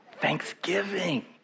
Thanksgiving